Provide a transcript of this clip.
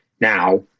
now